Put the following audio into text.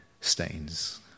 stains